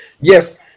Yes